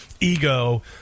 ego